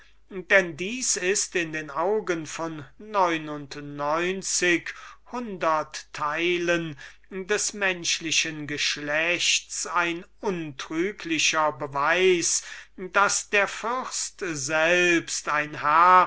denn das ist in den augen von neun und neunzig hundertteilen des menschlichen geschlechts ein untrüglicher beweis daß er selbst ein